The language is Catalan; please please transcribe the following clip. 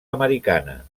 americana